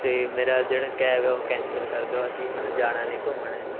ਅਤੇ ਮੇਰਾ ਜਿਹੜਾ ਕੈਬ ਹੈ ਉਹ ਕੈਂਸਲ ਕਰ ਦਿਉ ਅਸੀਂ ਹੁਣ ਜਾਣਾ ਨਹੀਂ ਘੁੰਮਣ